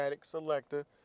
selector